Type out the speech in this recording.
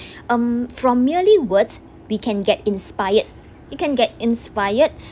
um from merely words we can get inspired you can get inspired